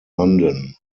london